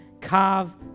carve